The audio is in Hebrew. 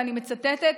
ואני מצטטת: